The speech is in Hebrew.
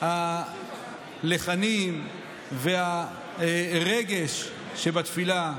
הלחנים והרגש שבתפילה.